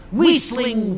whistling